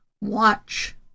watch